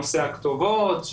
נושא הכתובות,